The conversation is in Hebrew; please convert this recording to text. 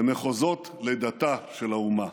למחוזות לידתה של האומה,